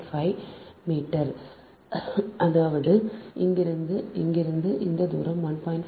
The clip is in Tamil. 5 மீட்டர் சரி அதாவது இங்கிருந்து இங்கிருந்து இந்த தூரம் 1